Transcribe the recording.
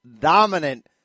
dominant